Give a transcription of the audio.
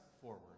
forward